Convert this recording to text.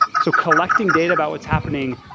so collecting data about what's happening,